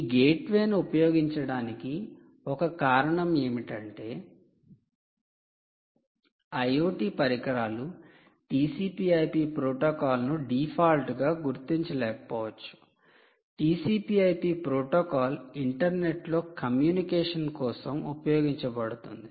ఈ గేట్వే ను ఉపయోగించటానికి ఒక కారణం ఏమిటంటే IoT పరికరాలు TCP IP ప్రోటోకాల్ ను డిఫాల్ట్ గా గుర్తించలేకపోవచ్చు TCP IP ప్రోటోకాల్ ఇంటర్నెట్లో కమ్యూనికేషన్ కోసం ఉపయోగించబడుతుంది